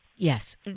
Yes